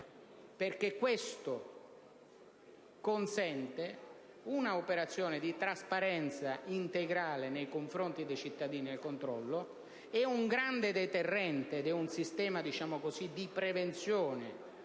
Ciò consente una operazione di trasparenza integrale nei confronti dei cittadini al controllo: è un grande deterrente e un sistema di prevenzione